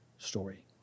story